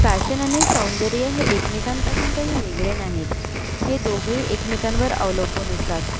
fashion आणि सौंदर्य हे एकमेकांपासून काही वेगळे नाहीत हे दोघंही एकमेकांवर अवलंबून असतात